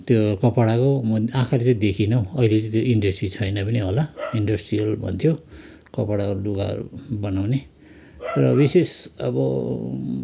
त्यो कपडाको आँखाले चाहिँ देखिनँ हौ अहिले चाहिँ त्यो इन्डस्ट्री छैन पनि होला इन्डस्ट्रीयल भन्थ्यो कपडाको लगाहरू बनाउने र विशेष अब